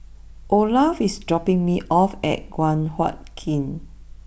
Olaf is dropping me off at Guan Huat Kiln